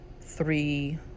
three